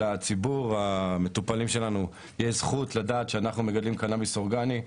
לציבור המטופלים שלנו יש זכות לדעת שאנחנו מגדלים קנאביס אורגני.